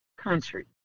Country